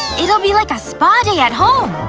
it'll be like a spa day at home!